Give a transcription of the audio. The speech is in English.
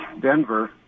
Denver